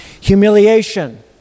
Humiliation